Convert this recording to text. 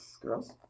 girls